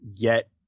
get